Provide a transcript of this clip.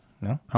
No